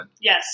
Yes